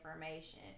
information